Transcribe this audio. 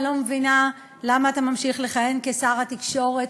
אני לא מבינה למה אתה ממשיך לכהן כשר התקשורת